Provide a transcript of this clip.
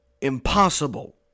impossible